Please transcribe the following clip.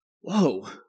Whoa